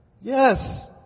Yes